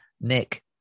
nick